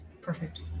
Perfect